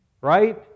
Right